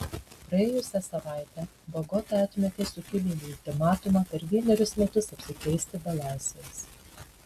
praėjusią savaitę bogota atmetė sukilėlių ultimatumą per vienerius metus apsikeisti belaisviais